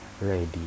ready